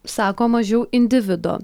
sako mažiau individo